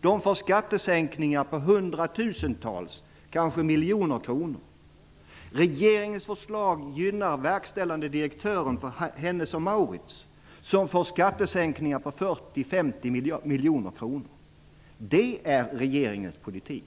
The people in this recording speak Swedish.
De får skattesänkningar på hundratusentals och kanske t.o.m. miljoner kronor. Regeringens förslag gynnar verkställande direktören för Hennes & Mauritz som får en skattesänkning på 40--50 miljoner kronor. Detta är regeringens politik.